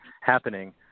happening